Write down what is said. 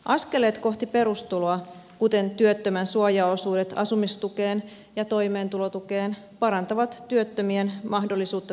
askeleet kohti perustuloa kuten työttömän suojaosuudet asumistukeen ja toimeentulotukeen parantavat työttömien mahdollisuutta työllistyä